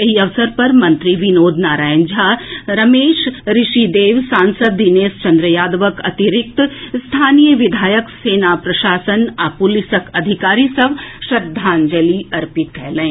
एहि अवसर पर मंत्री विनोद नारायण झा रमेश ऋषिदेव सांसद दिनेश चंद्र यादवक अतिरिक्त स्थानीय विधायक सेना प्रशासन आ पुलिसक अधिकारी सभ श्रद्धांजलि अर्पित कएलनि